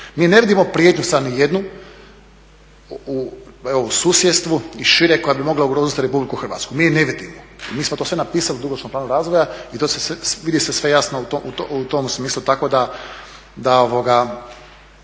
mi ne vidimo prijetnju sad ni jednu, evo u susjedstvu i šire koja bi mogla ugroziti RH, mi je ne vidimo i mi smo to sve napisali u dugoročnom planu razvoja i to se vidi sve jasno u tom smislu.